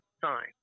sign